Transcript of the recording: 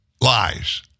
Lies